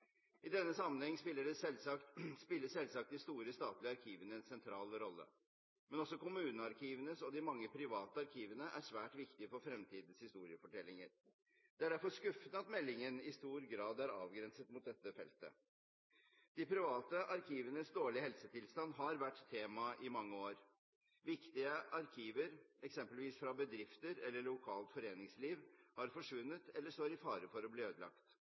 I denne sammenheng spiller selvsagt de store statlige arkivene en sentral rolle, men også kommunearkivene og de mange private arkivene er svært viktige for fremtidens historiefortellinger. Det er derfor skuffende at meldingen i stor grad er avgrenset mot dette feltet. De private arkivenes dårlige helsetilstand har vært tema i mange år. Viktige arkiver, eksempelvis fra bedrifter eller lokalt foreningsliv, har forsvunnet eller står i fare for å bli ødelagt